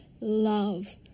love